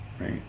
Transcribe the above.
right